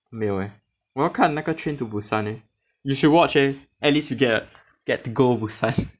没有 leh 我要看那个 Train to Busan eh you should watch eh at least you get get to go busan